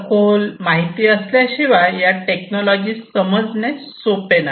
सखोल माहिती असल्याशिवाय या टेक्नॉलॉजी समजणे सोपे नाही